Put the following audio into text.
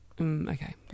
Okay